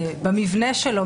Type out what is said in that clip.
במבנה שלו,